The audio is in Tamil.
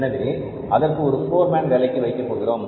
எனவே அதற்கு ஒரு போர் மேன் வேலைக்கு வைக்கப் போகிறோம்